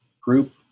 group